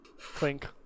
Clink